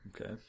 Okay